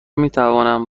میتوانم